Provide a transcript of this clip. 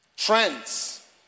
Trends